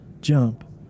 jump